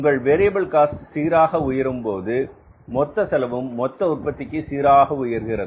உங்களது variable cost சீராக உயரும்போது மொத்த செலவும் மொத்த உற்பத்திக்கு சீராக உயர்கிறது